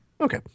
Okay